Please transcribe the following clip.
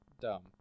Dumb